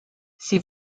sie